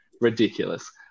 ridiculous